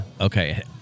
Okay